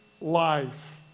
life